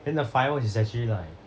then the fireworks is actually like